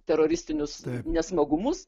teroristinius nesmagumus